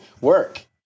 work